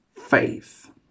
faith